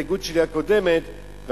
ההסתייגות הקודמת שלי,